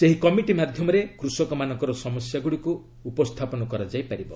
ସେହି କମିଟି ମାଧ୍ୟମରେ କୃଷକମାନଙ୍କର ସମସ୍ୟାଗୁଡ଼ିକୁ ଉପସ୍ଥାପନ କରାଯାଇପାରିବ